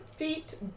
feet